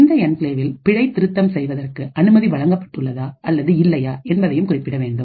இந்த என்கிளேவில் பிழைத்திருத்தம் செய்வதற்கு அனுமதி வழங்கப்பட்டுள்ளதா அல்லது இல்லையா என்பதையும் குறிப்பிட வேண்டும்